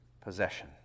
possession